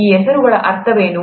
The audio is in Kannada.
ಈ ಹೆಸರುಗಳ ಅರ್ಥವೇನು